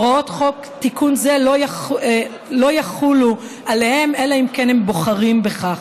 הוראות תיקון חוק זה לא יחולו עליהם אלא אם כן הם בוחרים בכך.